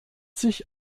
sich